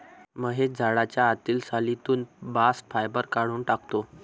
महेश झाडाच्या आतील सालीतून बास्ट फायबर काढून टाकतो